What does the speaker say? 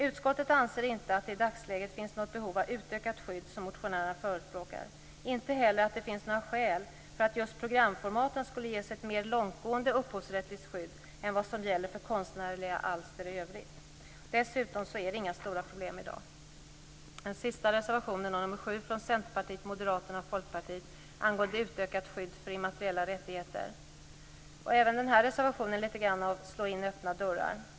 Utskottet anser inte att det i dagsläget finns något behov av utökat skydd, som motionärerna förespråkar, inte heller att det finns några skäl för att just programformaten skulle ges ett mer långtgående upphovsrättsligt skydd än vad som gäller för konstnärliga alster i övrigt. Dessutom är det inga stora problem i dag. Centerpartiet, Moderaterna och Folkpartiet angående utökat skydd för immateriella rättigheter. Även denna reservation är litet grand av att slå in öppna dörrar.